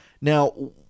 Now